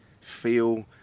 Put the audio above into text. Feel